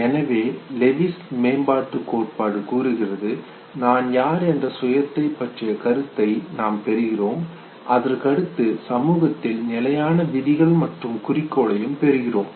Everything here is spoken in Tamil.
எனவே லெவிஸ் மேம்பாட்டுக் கோட்பாடு கூறுகிறது நான் யார் என்ற சுயத்தை பற்றிய கருத்தை நாம் பெறுகிறோம் அதற்கடுத்து சமூகத்தில் நிலையான விதிகள் மற்றும் குறிக்கோள்களையும் பெறுகிறோம்